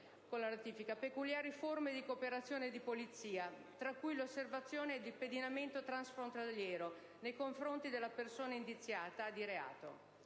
disciplinate peculiari forme di cooperazione di polizia tra cui l'osservazione ed il pedinamento transfrontaliero nei confronti della persona indiziata di reato.